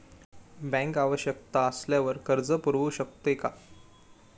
Bank आवश्यकता असल्यावर कर्ज पुरवू शकते का?